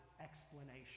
explanation